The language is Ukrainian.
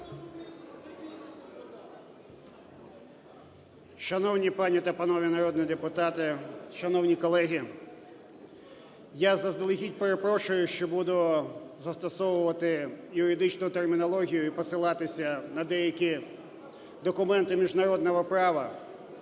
Шановні пані та панове народні депутати! Шановні колеги! Я заздалегідь перепрошую, що буду застосовувати юридичну термінологію і посилатися на деякі документи міжнародного права.